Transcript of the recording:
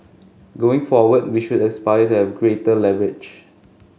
going forward we should aspire to have greater leverage